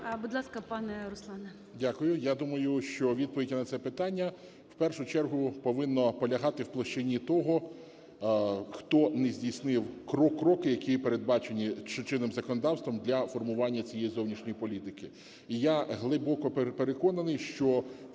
Дякую. Я думаю, що відповідь на це питання в першу чергу повинна полягати в площині того, хто не здійснив кроки, які передбачені чинним законодавством для формування цієї зовнішньої політики. І я глибоко переконаний, що,